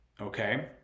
okay